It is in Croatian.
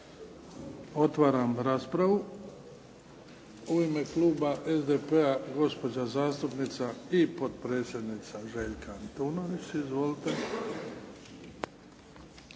Otvaram raspravu. U ime kluba SDP-a gospođa zastupnica i potpredsjednica Željka Antunović. Izvolite.